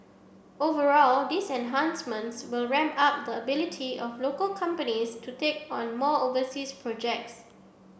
overall these enhancements will ramp up the ability of local companies to take on more overseas projects